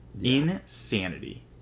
Insanity